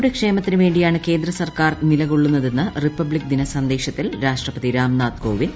കർഷകരുടെ ക്ഷേമത്തിന് വേണ്ടിയാണ് കേന്ദ്രസർക്കാർ ന് നിലകൊള്ളുന്നതെന്ന് റിപ്പബ്ലിക് ദിനസന്ദേശത്തിൽ രാഷ്ട്രപതി രാംനാഥ് കോവിന്ദ്